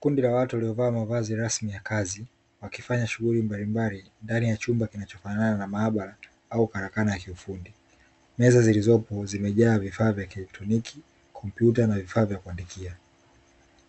Kundi la watu waliovaa mavazi rasmi ya kazi wakifanya shughuli mbalimbali ndani ya chumba kinachofanana na maabara au karakana ya kiufundi. Meza zilizopo zimejaa vifaa vya kielektroniki, kompyuta na vifaa vya kuandikia,